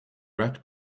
red